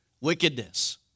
Wickedness